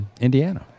Indiana